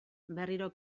berriro